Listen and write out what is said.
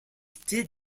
did